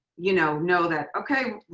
you know know that, okay,